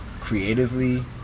creatively